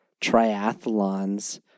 triathlons